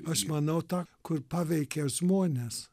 aš manau tą kur paveikia žmones